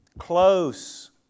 close